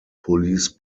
police